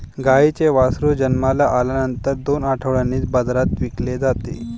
गाईचे वासरू जन्माला आल्यानंतर दोन आठवड्यांनीच बाजारात विकले जाते